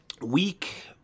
week